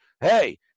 hey